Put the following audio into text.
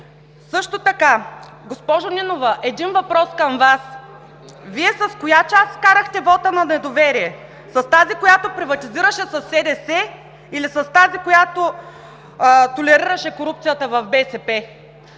най-назад. Госпожо Нинова, един въпрос към Вас: Вие с коя част вкарахте вота на недоверие? С тази, която приватизираше със СДС, или с тази, която толерираше корупцията в БСП?